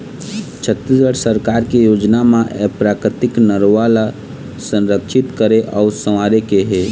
छत्तीसगढ़ सरकार के योजना म ए प्राकृतिक नरूवा ल संरक्छित करे अउ संवारे के हे